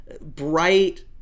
bright